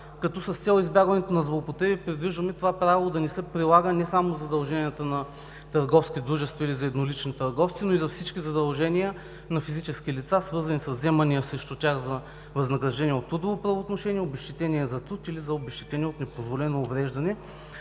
факт. С цел избягването на злоупотреби, предвиждаме това право да не се прилага не само за задълженията на търговски дружества или за еднолични търговци, но и за всички задължения на физически лица, свързани с вземания срещу тях за възнаграждения от трудово правоотношение, обезщетения за труд или за обезщетения от непозволено увреждане.